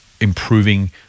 improving